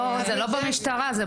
לא במשטרה.